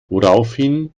woraufhin